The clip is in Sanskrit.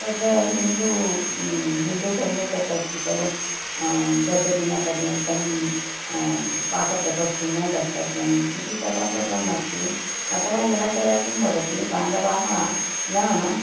तद् हिन्दू हिन्दूधर्मे तद् अस्ति खलु दशदिनपर्यन्तं पाकप्रकोष्ठः न गन्तव्यम् इति तथा सर्वम् अस्ति अतः यदा कदा किं भवति बान्धवाः न